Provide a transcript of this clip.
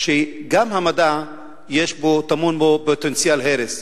כך שגם המדע, טמון בו פוטנציאל הרס,